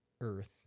Earth